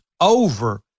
over